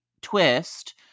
twist